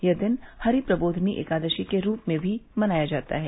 यह दिन हरि प्रबोधिनी एकादशी के रूप में भी मनाया जाता है